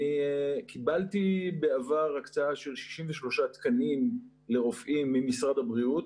אני קיבלתי בעבר הקצאה של 63 תקנים לרופאים ממשרד הבריאות,